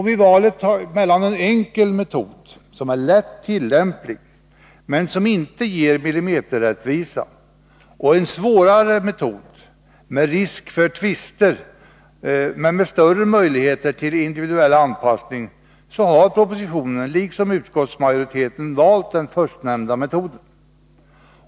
Vid valet mellan en enkel metod, som är lätt tillämplig men som inte ger millimeterrättvisa, och en svårare metod med risk för tvister men med större möjlighet till individuell anpassning har propositionen liksom utskottsmajoriteten valt den förstnämnda metoden.